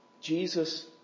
Jesus